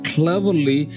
cleverly